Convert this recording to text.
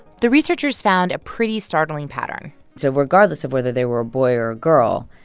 the researchers found a pretty startling pattern so regardless of whether they were a boy or a girl,